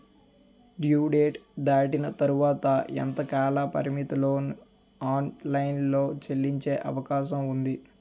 Due date దాటిన తర్వాత ఎంత కాలపరిమితిలో ఆన్ లైన్ లో చెల్లించే అవకాశం వుంది?